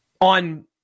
On